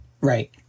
Right